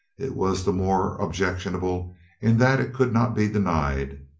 it was the more objectionable in that it could not be denied.